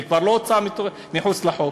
זה כבר לא הוצאה מחוץ לחוק.